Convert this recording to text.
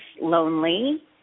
lonely